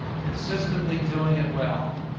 consistently doing it well,